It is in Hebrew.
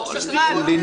הוא שקרן.